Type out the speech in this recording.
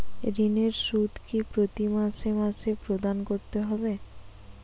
ঋণের সুদ কি প্রতি মাসে মাসে প্রদান করতে হবে?